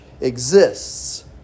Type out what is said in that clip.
exists